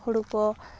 ᱦᱳᱲᱳ ᱠᱚ